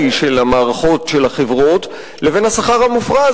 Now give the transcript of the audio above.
של המערכות של החברות לבין השכר המופרז,